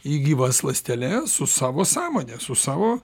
į gyvas ląsteles su savo sąmone su savo